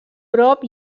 prop